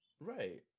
Right